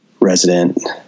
resident